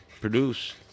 Produce